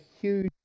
huge